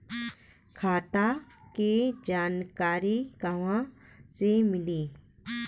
खाता के जानकारी कहवा से मिली?